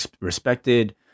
respected